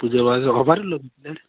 পূজোর বাজার